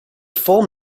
full